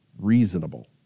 reasonable